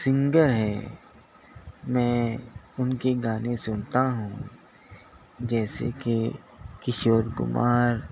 singer ہے میں اُن کے گانے سنتا ہوں جیسے کہ کشور کمار